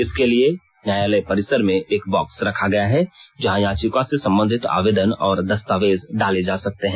इसके लिए न्यायालय परिसर में एक बॉक्स रखा गया है जहां याचिका से संबंधित आवेदन और दस्तावेज डाले जा सकते हैं